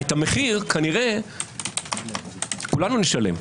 את המחיר כנראה כולו נשלם.